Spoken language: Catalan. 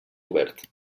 obert